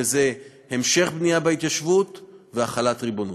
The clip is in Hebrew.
וזה המשך בנייה בהתיישבות והחלת ריבונות.